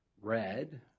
red